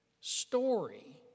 story